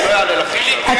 אני לא אענה לך עכשיו, באמת.